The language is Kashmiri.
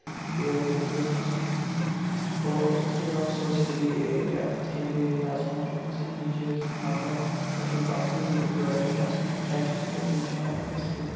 پیٖرگٔلی اوس گژھُن روڈ اوس تھوڑا سُہ اوس ہِلی ایریا اَتھ ہِلی ایریاہَس منٛز چھُ گژھان یہِ چیٖز مطلب تۄہہِ چھو پَتہٕے زِ گٲڑۍ گٔژھ آسٕنۍ اَتھ فریش تِکیازِ یِم چھِ نہٕ ہٮ۪کان کھٔستٕے